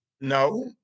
No